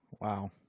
Wow